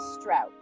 Strout